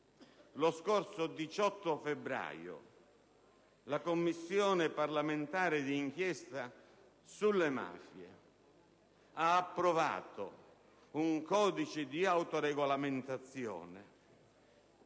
Lo scorso 18 febbraio la Commissione parlamentare d'inchiesta sulle mafie ha approvato un codice di autoregolamentazione,